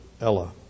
Ella